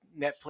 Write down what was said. Netflix